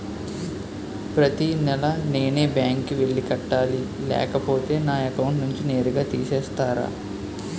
ప్రతి నెల నేనే బ్యాంక్ కి వెళ్లి కట్టాలి లేకపోతే నా అకౌంట్ నుంచి నేరుగా తీసేస్తర?